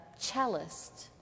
cellist